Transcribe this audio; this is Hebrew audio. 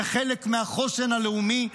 זה חלק מהחוסן הלאומי,